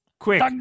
Quick